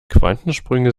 quantensprünge